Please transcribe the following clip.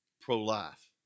pro-life